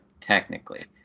technically